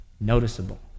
noticeable